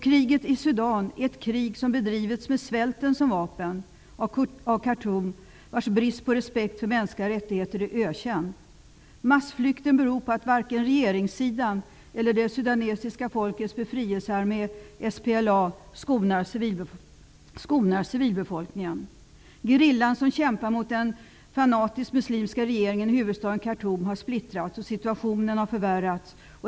Kriget i Sudan är ett krig som har bedrivits av Khartoumregimen med svälten som vapen, vars brist på respekt för mänskliga rättigheter är ökänd. Massflykten beror på att varken regeringssidan eller det sudanesiska folkets befrielsearmé, SPLA, skonar civilbefolkningen. Gerillan, som kämpar mot den fanatiskt muslimska regimen i huvudstaden Khartoum, har splittrats. Situationen har förvärrats.